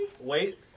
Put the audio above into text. wait